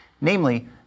Namely